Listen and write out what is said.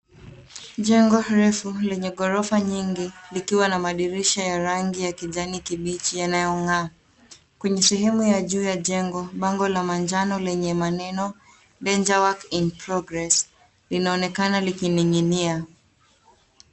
Jengo refu lenye ghorofa nyingi likiwa na madirisha ya kijani kibichi ya nayong'aa. Kwenye sehemu ya juu ya jengo bango la manjano lenye maneno [cs ] danger work in progress [cs ] linaonekana likining'inia.